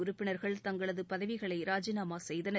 உறுப்பினர்கள் தங்களது பதவிகளை ராஜினாமா செய்தனர்